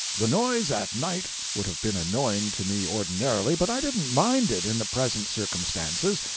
the noise at night would have been annoying to me ordinarily, but i didn't mind it in the present circumstances,